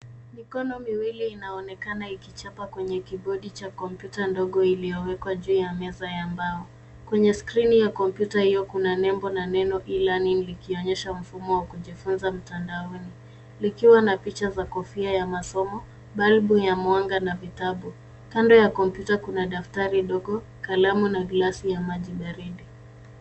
Mikono miwili inaonekana ikichapa kwenye kibodi cha kompyuta ndogo iliowekwa juu ya meza ya mbao. Kwenye skrini ya kompyuta hiyo kuna nembo na neno E-learning likionyesha mfumo wa kujifunza mtandaoni. Likiwa na picha za kofia ya masomo, balbu ya mwanga na vitabu. Kando ya kompyuta kuna daftari ndogo, kalamu na glasi ya majibaridi.